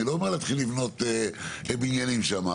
אני לא אומר להתחיל לבנות בניינים שם,